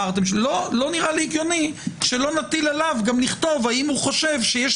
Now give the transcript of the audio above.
לא נראה לי הגיוני שלא נטיל עליו גם לכתוב האם הוא חושב שיש